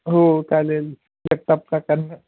हो चालेल लेपटॉप काकांना